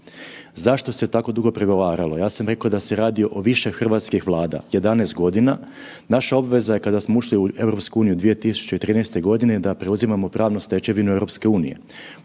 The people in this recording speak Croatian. Zašto se tako dugo pregovaralo? Ja sam rekao da se radi o više hrvatskih vlada 11 godina, naša obveza je kada smo ušli u EU 2013. godine je da preuzimamo pravnu stečevinu EU,